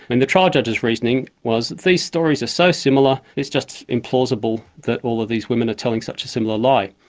and the trial judge's reasoning was that these stories are so similar, it's just implausible that all of these women are telling such a similar lie.